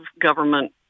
government